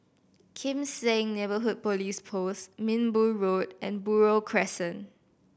Kim Seng Neighbourhood Police Post Minbu Road and Buroh Crescent